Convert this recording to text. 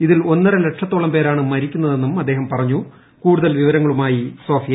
ഇതിൽ ഒന്നര ലക്ഷത്തോളം പ്രേരാണ് മരിക്കുന്നതെന്നും അദ്ദേഹം പറഞ്ഞു കൂടുതൽ വിവരങ്ങളുമായി സോഫിയ